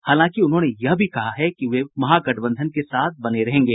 हालांकि उन्होंने यह भी कहा है कि वे गठबंधन के साथ बने रहेंगे